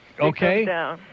Okay